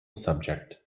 subject